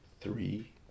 three